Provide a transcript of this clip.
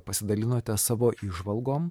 pasidalinote savo įžvalgom